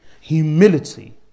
Humility